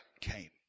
came